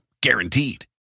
Guaranteed